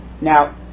Now